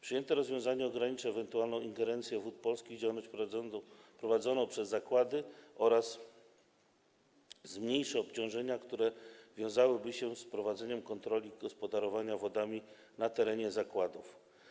Przyjęte rozwiązanie ograniczy ewentualną interwencję Wód Polskich w działalność prowadzoną przez zakłady oraz zmniejszy obciążenia, które wiązałyby się z prowadzeniem kontroli gospodarowania wodami na terenie zakładów.